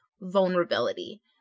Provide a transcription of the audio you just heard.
vulnerability